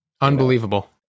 unbelievable